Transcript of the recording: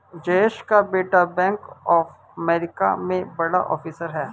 जयेश का बेटा bank of America में बड़ा ऑफिसर है